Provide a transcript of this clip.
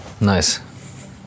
Nice